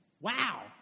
Wow